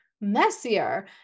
messier